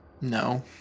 no